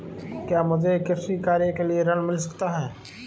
क्या मुझे कृषि कार्य के लिए ऋण मिल सकता है?